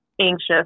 anxious